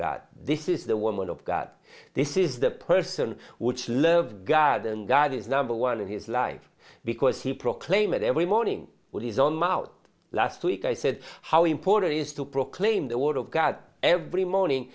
god this is the woman of god this is the person which love god and god is number one in his life because he proclaim it every morning with his own mouth last week i said how important is to proclaim the word of god every morning